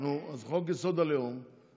נו, אז חוק-יסוד: הלאום,